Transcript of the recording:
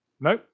No